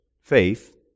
faith